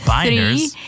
three